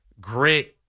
Grit